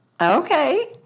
Okay